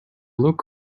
look